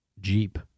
Jeep